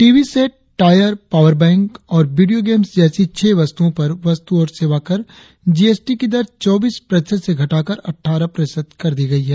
TV set tyre power bank और video games जैसी छह वस्तुओ पर वस्तु और सेवाकर जीएसटी की दर चौबीस प्रतिशत से घटाकर अटठारह प्रतिशत कर दी गई है